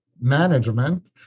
management